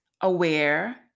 aware